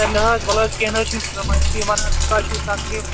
ہے نہٕ حظ وَل حظ کیٚنہہ نہٕ حظ چھُنہٕ پرواے وۄنۍ چھُو تُہۍ ونان تۄہہِ چھُو تکلیٖف